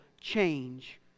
change